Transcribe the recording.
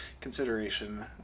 consideration